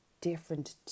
different